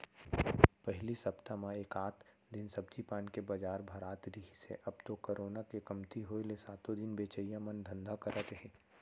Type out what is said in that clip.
पहिली सप्ता म एकात दिन सब्जी पान के बजार भरात रिहिस हे अब तो करोना के कमती होय ले सातो दिन बेचइया मन धंधा करत हे